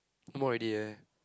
no more already eh